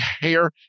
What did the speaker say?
hair